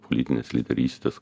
politinės lyderystės